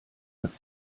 hat